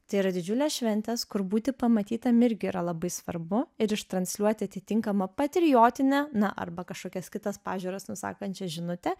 tai yra didžiulės šventės kur būti pamatytam irgi yra labai svarbu ir ištransliuot atitinkamą patriotinę na arba kažkokias kitas pažiūras nusakančią žinutę